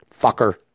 Fucker